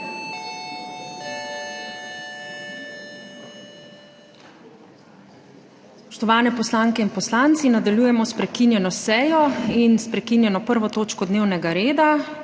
Spoštovani poslanke in poslanci! Nadaljujemo s prekinjeno sejo in s prekinjeno 1. točko dnevnega reda,